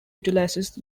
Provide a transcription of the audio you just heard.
utilizes